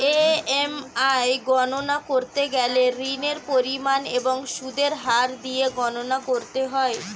EMI গণনা করতে গেলে ঋণের পরিমাণ এবং সুদের হার দিয়ে গণনা করতে হয়